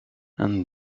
and